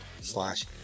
slash